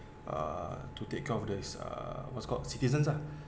uh to take care of this uh what's called citizens lah